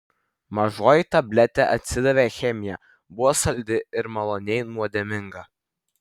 mažoji tabletė atsidavė chemija buvo saldi ir maloniai nuodėminga